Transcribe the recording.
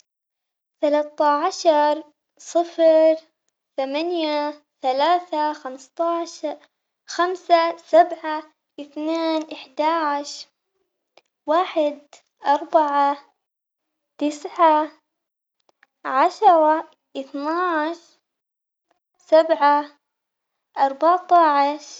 ثلاثة عشر صفر ثمانية ثلاثة خمسة عشر خمسة سبعة اثنان أحد عشر واحد أربعة، تسعة عشرة اثنا عشر سبعة أربعة عشر.